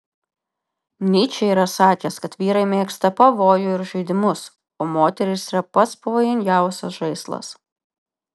nyčė yra sakęs kad vyrai mėgsta pavojų ir žaidimus o moterys yra pats pavojingiausias žaislas